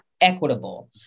equitable